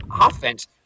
offense